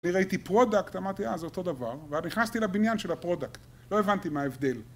אני ראיתי פרודקט, אמרתי, אה, זה אותו דבר, כבר נכנסתי לבניין של הפרודקט, לא הבנתי מה ההבדל.